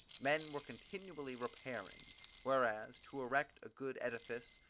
men were continually repairing whereas, to erect a good edifice,